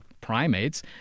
primates